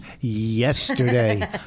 yesterday